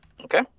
Okay